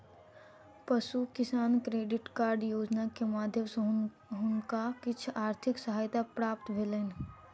पशु किसान credit card योजना के माध्यम सॅ हुनका किछ आर्थिक सहायता प्राप्त भेलैन